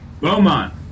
Beaumont